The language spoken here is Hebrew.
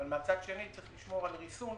אבל מצד שני צריך לשמור על ריסון,